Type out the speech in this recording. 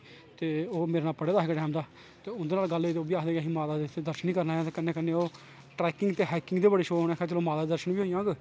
ते ओह् मेरे नाल पढ़े दा हा ते उंदे कन्नै गल्ल होई ते ओह् बी आक्खा दे हे असी बी माता इत्थें दर्शन करन गै आए दे हे ते कन्नै कन्नै ओह् ट्रकिंग ते हाईकिंग दा बड़ा शौंक न ते आक्खै गे तलो कन्नै माता दे दर्शन बी होई जान